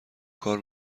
کار